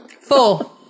Four